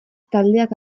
taldeak